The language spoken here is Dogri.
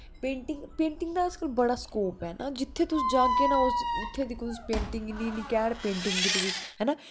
पेंटिंग दा अजकल बड़ा स्कोप ऐ जित्थै तुस जाह्गे ना तुस उत्थै दिक्खो तुस पेंटिंग इन्नी घैंट घैंट पेंटिंग कीती दी है ना